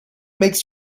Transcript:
makes